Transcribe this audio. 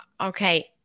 okay